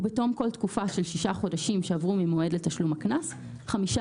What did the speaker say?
ובתום כל תקופה של שישה חודשים שעברו מהמועד לתשלום הקנס חמישה